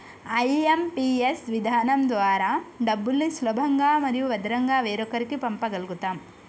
IMPS విధానం ద్వారా డబ్బుల్ని సులభంగా మరియు భద్రంగా వేరొకరికి పంప గల్గుతం